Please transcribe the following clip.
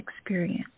experience